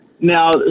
Now